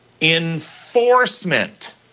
enforcement